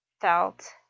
felt